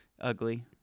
Ugly